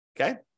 okay